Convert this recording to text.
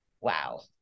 wow